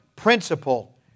Principle